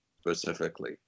specifically